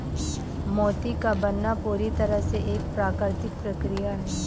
मोती का बनना पूरी तरह से एक प्राकृतिक प्रकिया है